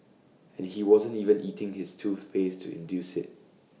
and he wasn't even eating his toothpaste to induce IT